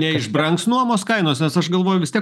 neišbrangs nuomos kainos nes aš galvoju vis tiek